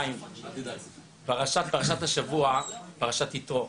פרשת השבוע פרשת יתרו,